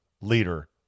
leader